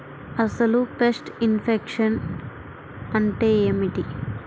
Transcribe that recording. అసలు pest infection అంటే ఏమిటి?